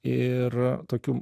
ir tokiu